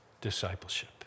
discipleship